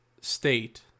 state